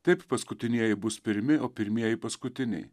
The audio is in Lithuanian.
taip paskutinieji bus pirmi o pirmieji paskutiniai